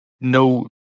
no